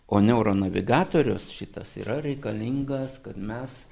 o neuronavigatorius šitas yra reikalingas kad mes